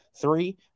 three